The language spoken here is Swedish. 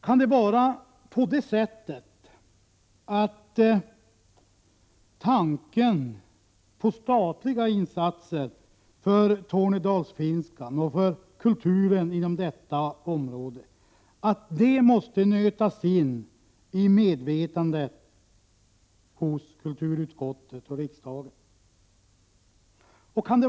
Kan det vara så att tanken på statliga insatser för tornedalsfinskan och för kulturen inom detta område måste nötas in i medvetandet hos ledamöterna i kulturutskott och riksdag?